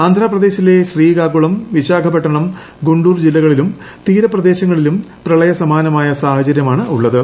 ആന്ധ്രാപ്രദേശിലെ ശ്രീകാകുളം വിശാഖ്പെട്ട്ണം ഗുണ്ടൂർ ജില്ലകളിലും തീരപ്രദേശങ്ങളിൽ പ്രളിയ സമാനമായ സാഹചര്യമാണുള്ളത്